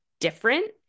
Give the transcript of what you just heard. different